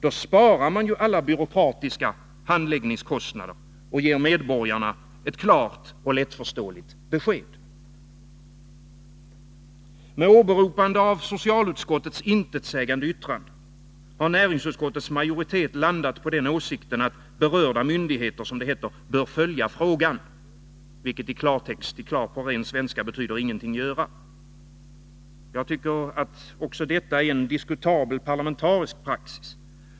Då sparar man ju alla byråkratiska handläggningskostnader och ger medborgarna ett klart och lättförståeligt besked. Med åberopande av socialutskottets intetsägande yttrande har näringsutskottets majoritet landat på åsikten att berörda myndigheter bör följa frågan, vilket i klartext betyder: ingenting göra. Jag tycker att detta är en diskutabel parlamentarisk praxis.